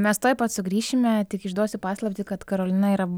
mes tuoj pat sugrįšime tik išduosiu paslaptį kad karolina yra